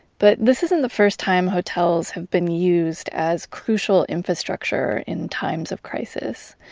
but this isn't the first time hotels have been used as crucial infrastructure in times of crisis.